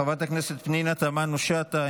חברת הכנסת פנינה תמנו שטה,